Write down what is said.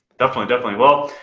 definitely, definitely. well,